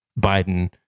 Biden